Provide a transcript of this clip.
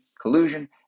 collusion